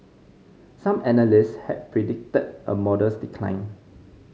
some analysts had predicted a modest decline